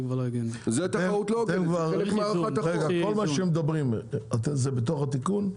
כל מה שמדברים זה בתוך התיקון?